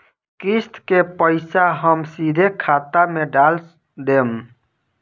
किस्त के पईसा हम सीधे खाता में डाल देम?